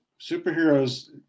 Superheroes